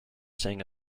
saying